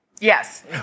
Yes